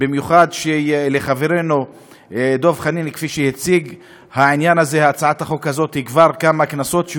במיוחד שחברנו דב חנין מציע את הצעת החוק הזאת כבר כמה כנסות.